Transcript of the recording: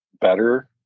better